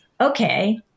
okay